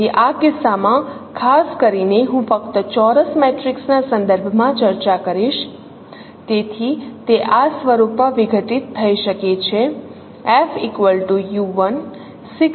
તેથી આ કિસ્સામાં ખાસ કરીને હું ફક્ત ચોરસ મેટ્રિક્સના સંદર્ભમાં ચર્ચા કરીશ તેથી તે આ સ્વરૂપમાં વિઘટિત થઈ શકે છે